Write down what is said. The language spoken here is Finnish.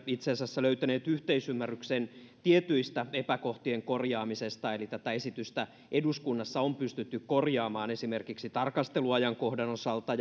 itse asiassa löytäneet yhteisymmärryksen tiettyjen epäkohtien korjaamisesta eli tätä esitystä on eduskunnassa pystytty korjaamaan esimerkiksi tarkasteluajankohdan osalta